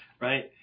right